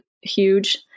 huge